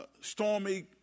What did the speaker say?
stormy